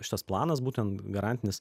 šitas planas būtent garantinis